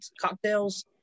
cocktails